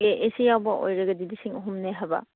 ꯑꯦ C ꯌꯥꯎꯕ ꯑꯣꯏꯔꯒꯗꯤ ꯂꯤꯁꯤꯡ ꯑꯍꯨꯝꯅꯦ ꯍꯥꯏꯕ